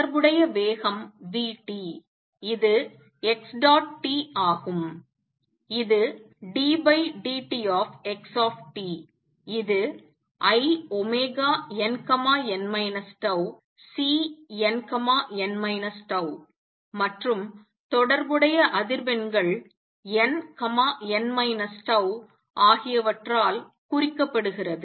தொடர்புடைய வேகம் v t இது xt ஆகும் இது ddtx இதுinn τCnn τ மற்றும் தொடர்புடைய அதிர்வெண் nn τ ஆகியவற்றால் குறிக்கப்படுகிறது